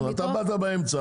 אתה באת באמצע,